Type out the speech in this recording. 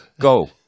Go